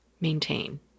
maintain